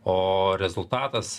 o rezultatas